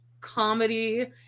comedy